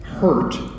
hurt